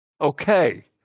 Okay